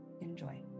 Enjoy